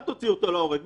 אל תוציאו אותו להורג,